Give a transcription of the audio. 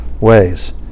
ways